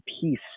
peace